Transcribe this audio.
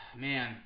man